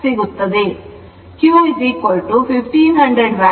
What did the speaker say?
Q 1500 Watt 1